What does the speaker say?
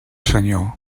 senyor